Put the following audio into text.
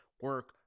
Work